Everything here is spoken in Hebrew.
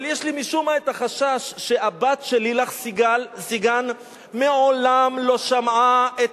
אבל יש לי משום מה החשש שהבת של לילך סיגן מעולם לא שמעה את